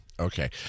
Okay